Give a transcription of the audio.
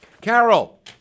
Carol